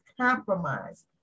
compromised